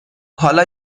حالا